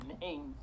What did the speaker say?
names